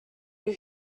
you